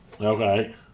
Okay